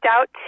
out